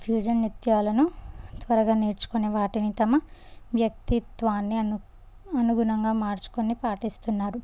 fusion నృత్యాలను త్వరగా నేర్చుకునే వాటిని తమ వ్యక్తిత్వాన్ని అను అనుగుణంగా మార్చుకొని పాటిస్తున్నారు